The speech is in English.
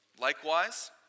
Likewise